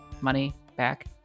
money-back